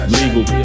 legal